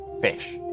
fish